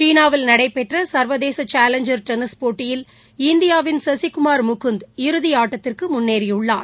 சீனாவில் நடைபெற்ற சா்வதேச சேலஞ்சா் டென்னிஸ் போட்டியில் இந்தியாவின் சசிகுமார் முகுந்த் இறுதி ஆட்டத்திற்கு முன்னேறியுள்ளார்